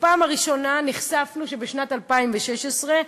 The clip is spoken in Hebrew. בפעם הראשונה נחשפנו לכך שבשנת 2016,